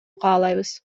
каалайбыз